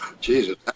Jesus